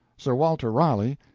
sir walter raleigh,